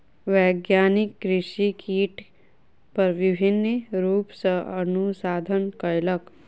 वैज्ञानिक कृषि कीट पर विभिन्न रूप सॅ अनुसंधान कयलक